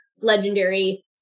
legendary